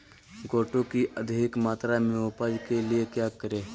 गोटो की अधिक मात्रा में उपज के लिए क्या करें?